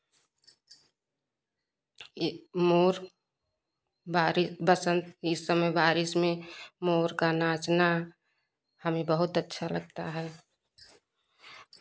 यह मोर बारी बसंत इस समय बारिश में मोर का नाचना हमें बहुत अच्छा लगता है